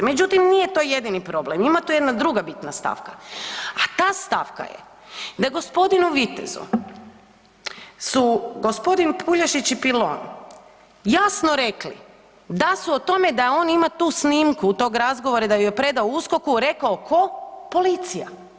Međutim, nije to jedini problem, ima tu jedna druga bitna stavka, a ta stavka je da gospodinu Vitezu su gospodin Pulješić i Pilon jasno rekli da su o tome da on ima tu snimku tog razgovora i da ju je predao USKOKU rekao tko, policija.